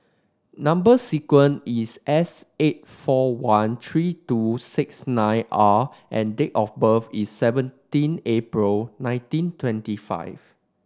number sequence is S eight four one three two six nine R and date of birth is seventeen April nineteen twenty five